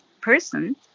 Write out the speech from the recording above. person